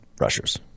rushers